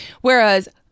Whereas